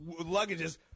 luggages